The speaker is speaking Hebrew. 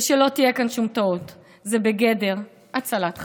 ושלא תהיה כאן שום טעות, זה בגדר הצלת חיים.